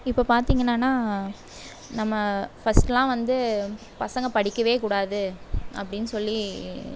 இப்போ பார்த்திங்கன்னாண்ணா நம்ம ஃபஸ்ட்லாம் வந்து பசங்கள் படிக்கவேகூடாது அப்படின்னு சொல்லி